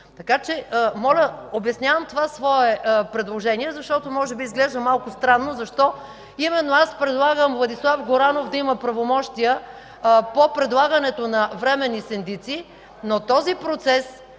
Банката. Моля, обяснявам това свое предложение, защото може би изглежда малко странно защо именно аз предлагам Владислав Горанов да има правомощия по предлагането на временни синдици, но този процес,